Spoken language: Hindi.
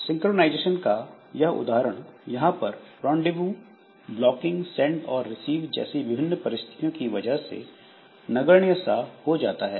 सिंक्रोनाइजेशन का यह उदाहरण यहां पर इस रॉनडेवू ब्लॉकिंग सेंड और रिसीव जैसी विभिन्न परिस्थितियों की वजह से नगण्य सा हो जाता है